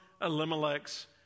Elimelech's